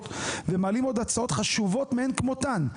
ומעלים עוד הצעות חשובות מאין כמותן,